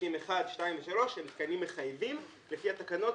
חלקים 1, 2 ו-3 הם תקנים מחייבים לפי התקנות